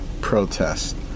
protest